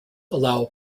allow